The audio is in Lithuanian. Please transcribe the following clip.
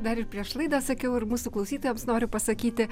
dar ir prieš laidą sakiau ir mūsų klausytojams noriu pasakyti